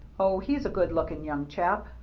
oh, he's a good-looking young chap.